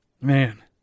Man